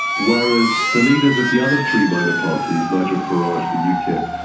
whereas the leaders of the other three minor parties nigel farage for ukip,